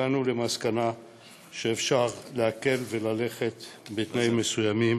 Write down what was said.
הגענו למסקנה שאפשר להקל בתנאים מסוימים